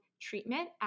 treatment